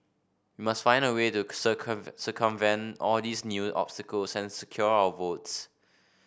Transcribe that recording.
must find a way to circumvent all these new obstacles and secure our votes